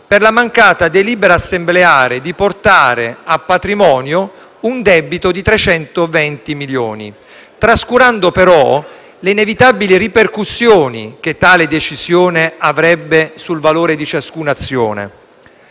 per la mancata delibera assembleare di portare a patrimonio un debito di 320 milioni, trascurando però le inevitabili ripercussioni che tale decisione avrebbe sul valore di ciascuna azione.